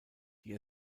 die